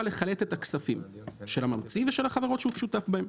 לחלט את הכספים של הממציא ושל החברות שהוא שותף בהן.